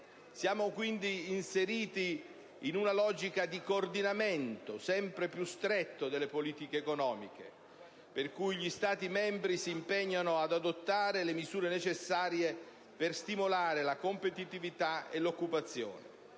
Siamo quindi inseriti in una logica di coordinamento sempre più stretto delle politiche economiche, per cui gli Stati membri si impegnano ad adottare misure necessarie per stimolare la competitività e l'occupazione.